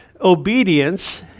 obedience